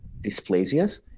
dysplasias